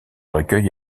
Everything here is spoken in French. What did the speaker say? recueil